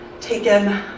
taken